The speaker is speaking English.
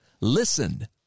listen